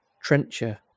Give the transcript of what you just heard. trencher